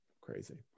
crazy